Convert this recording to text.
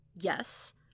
Yes